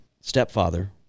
stepfather